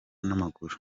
n’amaguru